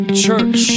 Church